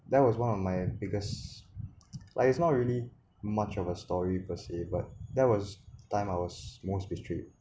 that was one of my biggest like it's not really much of a story per se but that was time I was most betrayed